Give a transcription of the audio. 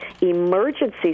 emergency